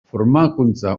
formakuntza